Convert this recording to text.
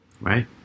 Right